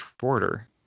shorter